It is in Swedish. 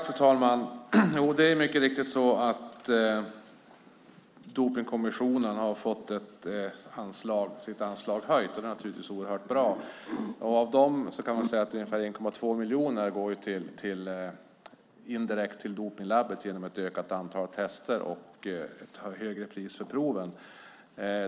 Fru talman! Det är mycket riktigt så att Dopingkommissionen har fått sitt anslag höjt, och det är naturligtvis oerhört bra. Av detta går ungefär 1,2 miljoner indirekt till dopningslabbet genom ett ökat antal tester och ett högre pris för proven.